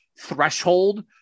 threshold